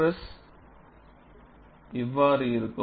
stress இவ்வாறு இருக்கும்